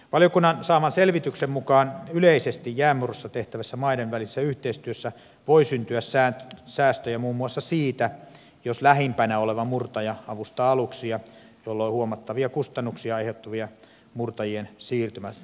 valiokunnan saaman selvityksen mukaan yleisesti jäänmurrossa tehtävässä maiden välisessä yhteistyössä voi syntyä säästöjä muun muassa siitä jos lähimpänä oleva murtaja avustaa aluksia jolloin huomattavia kustannuksia aiheuttava murtajien siirtymistarve vähenee